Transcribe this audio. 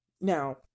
now